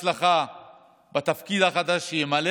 קודם כול, שתהיה לו הצלחה בתפקיד החדש שימלא,